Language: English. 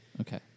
Okay